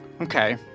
Okay